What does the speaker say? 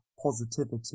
Positivity